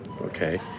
okay